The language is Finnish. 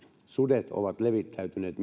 sudet ovat levittäytyneet